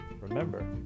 Remember